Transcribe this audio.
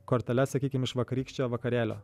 kortelę sakykime iš vakarykščio vakarėlio